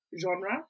genre